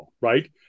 right